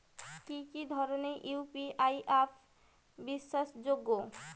কি কি ধরনের ইউ.পি.আই অ্যাপ বিশ্বাসযোগ্য?